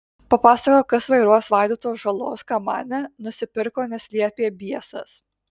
papasakojo kas vairuos vaidoto žalos kamanę nusipirko nes liepė biesas